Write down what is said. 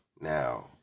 Now